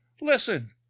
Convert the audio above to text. listen